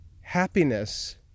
happiness